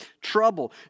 trouble